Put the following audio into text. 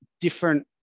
different